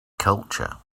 culture